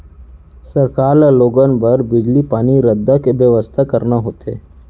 सरकार ल लोगन बर बिजली, पानी, रद्दा के बेवस्था करना होथे